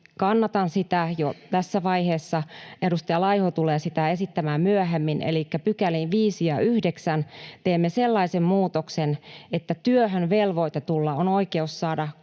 Kannatan sitä jo tässä vaiheessa. Edustaja Laiho tulee sitä esittämään myöhemmin. Elikkä 5 ja 9 §:iin teemme sellaisen muutoksen, että työhön velvoitetulla on oikeus saada